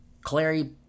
Clary